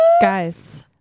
guys